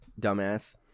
dumbass